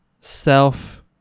self